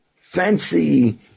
fancy